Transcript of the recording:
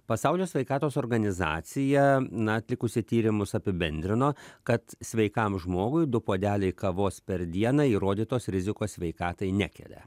pasaulio sveikatos organizacija na atlikusi tyrimus apibendrino kad sveikam žmogui du puodeliai kavos per dieną įrodytos rizikos sveikatai nekelia